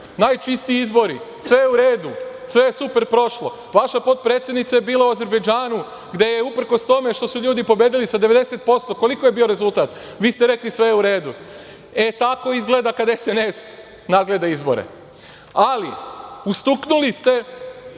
najčistiji izbori, sve u redi, sve je super prošlo. Vaša potpredsednica je bila u Azerbejdžanu, gde je, uprkos tome što su ljudi pobedili sa 90%, vi ste rekli – sve je u redu. E tako izgleda kada SNS nadgleda izbore. Ali, ustuknuli ste